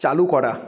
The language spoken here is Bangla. চালু করা